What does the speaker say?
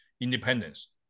independence